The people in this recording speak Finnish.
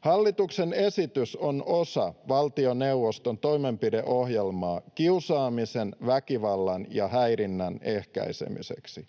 Hallituksen esitys on osa valtioneuvoston toimenpideohjelmaa kiusaamisen, väkivallan ja häirinnän ehkäisemiseksi.